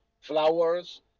flowers